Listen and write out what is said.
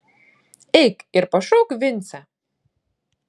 eik ir pašauk vincę